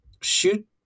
shoot